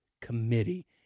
Committee